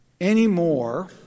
anymore